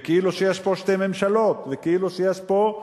וכאילו יש פה שתי ממשלות וכאילו יש פה,